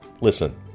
Listen